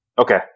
Okay